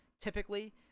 typically